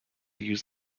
use